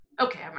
Okay